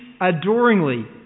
adoringly